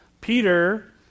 Peter